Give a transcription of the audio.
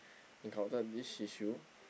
encountered this issue